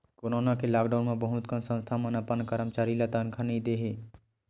corona के lockdown म बहुत कन संस्था मन अपन करमचारी ल तनखा नइ दे हे